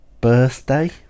birthday